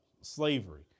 slavery